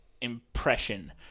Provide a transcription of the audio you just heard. impression